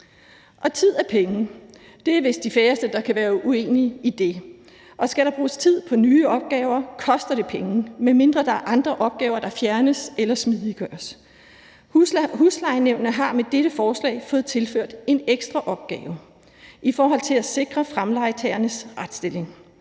tid er penge – det er vist de færreste, der kan være uenige i det – og skal der bruges tid på nye opgaver, koster det penge, medmindre der er andre opgaver, der fjernes eller smidiggøres. Huslejenævnene har med dette forslag fået tilført en ekstra opgave i forhold til at sikre fremlejetagernes retsstilling.